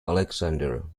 alexander